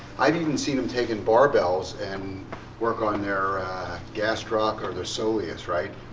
i've even seen them taking barbells and work on their gastroc or their soleus right?